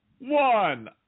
One